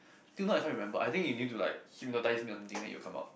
till now I can't remember I think you need to like hypnotise me or something then it will come out